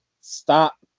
Stop